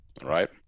right